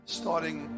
starting